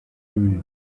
mean